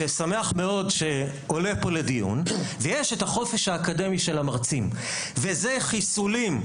ששמח מאוד שעולה פה לדיון ויש את החופש האקדמי של המרצים וזה חיסולים,